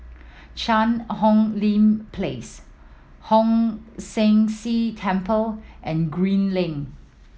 Cheang Hong Lim Place Hong San See Temple and Green Lane